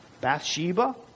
Bathsheba